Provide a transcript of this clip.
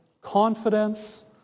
confidence